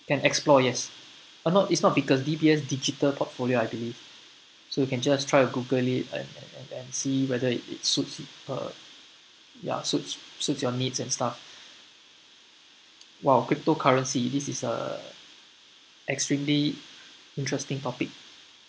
can explore yes oh no it's not vickers D_B_S digital portfolio I believe so you can just try to google it and and and see whether it suits uh ya suits suits your needs and stuff !wow! cryptocurrency this is a extremely interesting topic